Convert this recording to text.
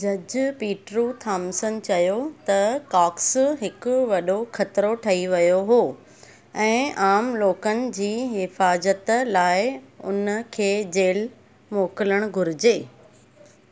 जज पीटरू थॉम्पसन चयो त कॉक्स हिकु वॾो ख़तिरो ठही वियो हुओ ऐं आम लोकनि जी हिफ़ाज़त लाइ उनखे जेल मोकिलण घुरिजे